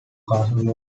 castle